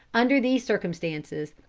under these circumstances,